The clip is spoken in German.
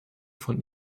von